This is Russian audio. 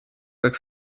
как